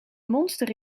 monster